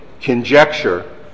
conjecture